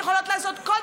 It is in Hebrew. יכולות לעשות כל תפקיד,